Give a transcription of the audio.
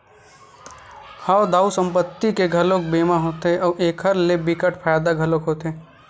हव दाऊ संपत्ति के घलोक बीमा होथे अउ एखर ले बिकट फायदा घलोक होथे